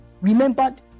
remembered